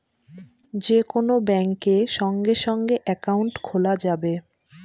যে কোন ব্যাঙ্কে সঙ্গে সঙ্গে একাউন্ট খোলা যাবে